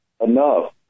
enough